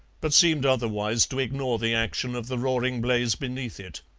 but seemed otherwise to ignore the action of the roaring blaze beneath it.